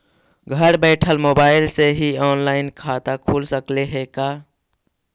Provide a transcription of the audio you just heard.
घर बैठल मोबाईल से ही औनलाइन खाता खुल सकले हे का?